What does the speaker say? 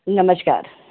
नमस्कार